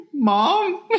mom